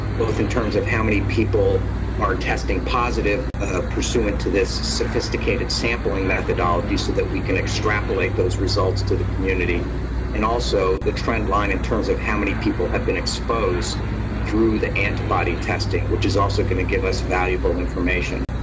both in terms of how many people are testing positive ah pursuant to this sophisticated sampling methodology, so that we can extrapolate those results to the community and also the trend line in terms of how many people have been exposed through the antibody testing, which is also going to give us valuable information.